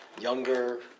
younger